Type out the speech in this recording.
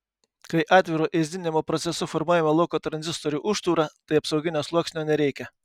kai atviro ėsdinimo procesu formuojama lauko tranzistorių užtūra tai apsauginio sluoksnio nereikia